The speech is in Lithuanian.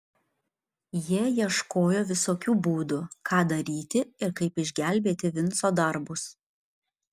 jie ieškojo visokių būdų ką daryti ir kaip išgelbėti vinco darbus